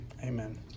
Amen